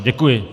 Děkuji.